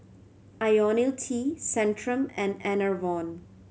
Ionil T Centrum and Enervon